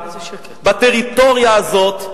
בטריטוריה הזאת,